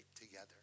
together